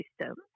system